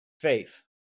faith